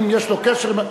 אם יש לו קשר,